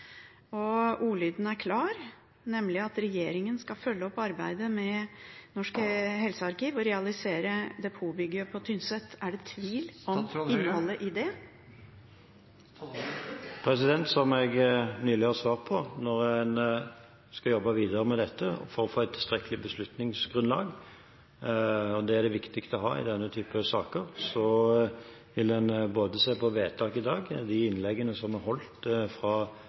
det. Ordlyden er klar, nemlig at regjeringen skal «følge opp arbeidet med Norsk helsearkiv og realisering av depotbygg på Tynset». Er det tvil om innholdet i det? Som jeg nylig har svart på: Når en skal jobbe videre med dette for å få et tilstrekkelig beslutningsgrunnlag – det er det viktig å ha i denne typen saker – vil en se både på vedtaket i dag, de innleggene som er holdt fra